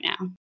now